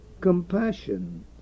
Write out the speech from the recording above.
compassion